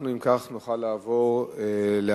אם כך, אנחנו נוכל לעבור להצבעה